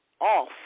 off